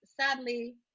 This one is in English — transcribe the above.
sadly